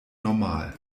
normal